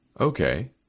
Okay